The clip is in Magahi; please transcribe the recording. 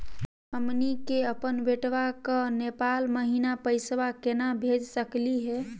हमनी के अपन बेटवा क नेपाल महिना पैसवा केना भेज सकली हे?